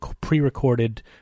pre-recorded